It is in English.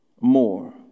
more